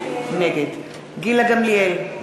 נגד גילה גמליאל,